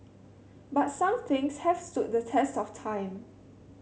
but some things have stood the test of time